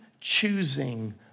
choosing